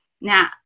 Now